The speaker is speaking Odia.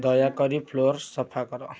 ଦୟାକରି ଫ୍ଲୋର୍ ସଫା କର